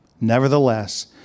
Nevertheless